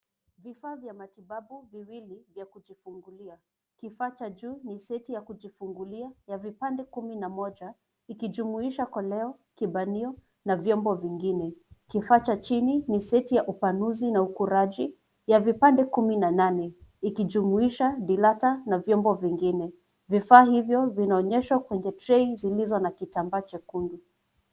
Vifaa vya matibabu viwili vya kujifungulia. Kifaa cha juu ni seti ya kujifungulia ya vipande kumi na moja ikijumuisha koleo, kibanio na vyombo vingine. Kifaa cha chini ni seti ya upanuzi na ukuraji ya vipande kumi na nane ikijumuisha dilator na vyombo vingine. Vifaa hivyo vinaonyeshwa kwenye tray zilizo na kitambaa chekundu.